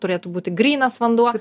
turėtų būti grynas vanduo